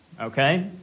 okay